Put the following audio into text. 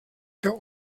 der